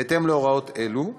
בהתאם להוראות אלו,